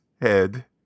head